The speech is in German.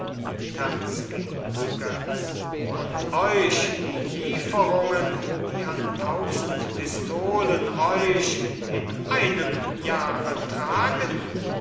zu götz und euch die lieferungen die an tausend pistolen euch in einem jahre tragen